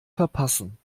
verpassen